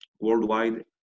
worldwide